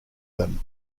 them